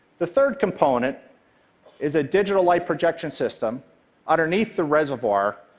the third component is a digital light projection system underneath the reservoir,